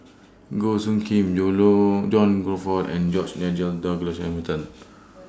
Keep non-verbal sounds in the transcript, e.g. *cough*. Goh Soo Khim *unintelligible* John Crawfurd and *noise* George Nigel Douglas Hamilton